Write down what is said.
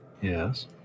Yes